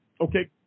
Okay